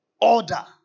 Order